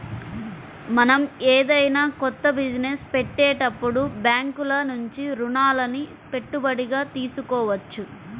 మనం ఏదైనా కొత్త బిజినెస్ పెట్టేటప్పుడు బ్యేంకుల నుంచి రుణాలని పెట్టుబడిగా తీసుకోవచ్చు